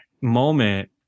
moment